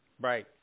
Right